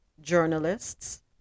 journalists